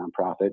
nonprofit